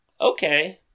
Okay